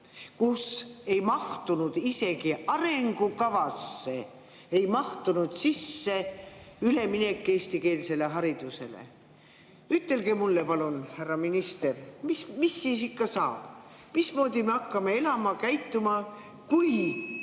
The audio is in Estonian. kus isegi arengukavasse ei mahtunud sisse üleminek eestikeelsele haridusele. Ütelge mulle, palun, härra minister, mis siis ikka saab! Mismoodi me hakkame elama, käituma, kui